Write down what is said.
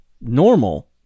normal